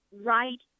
right